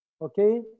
Okay